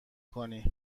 کنی